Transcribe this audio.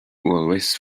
always